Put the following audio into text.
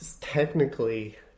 technically